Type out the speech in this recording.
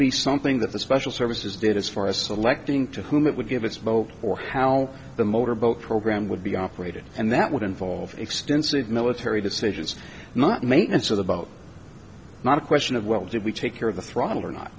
be something that the special services did as far as selecting to whom it would give its vote or how the motor boat program would be operated and that would involve extensive military decisions not maintenance of the boat not a question of well did we take care of the throttle or not